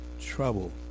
Trouble